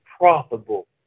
profitable